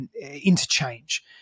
interchange